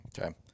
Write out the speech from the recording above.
Okay